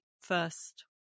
first